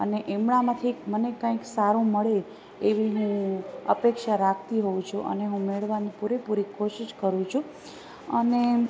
અને એમના માંથી મને કાઈક સારું મળે એવી હું અપેક્ષા રાખતી હોઉ છું અને હું મેળવાની પૂરેપૂરી કોશિષ કરું છું અને